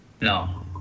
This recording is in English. No